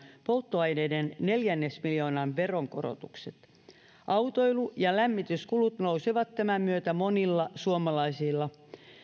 polttoaineiden neljännesmiljoonan veronkorotukset autoilu ja lämmityskulut nousevat tämän myötä monilla suomalaisilla